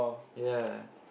ya